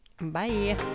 bye